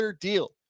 deal